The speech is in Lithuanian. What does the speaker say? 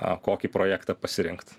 a kokį projektą pasirinkt